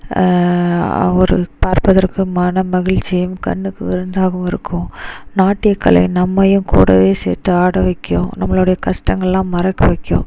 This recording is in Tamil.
ஒரு பார்ப்பதற்கு மன மகிழ்ச்சியையும் கண்ணுக்கு விருந்தாகவும் இருக்கும் நாட்டியக்கலை நம்மையும் கூடவே சேர்த்து ஆட வைக்கும் நம்மளுடைய கஷ்டங்கள்லாம் மறக்க வைக்கும்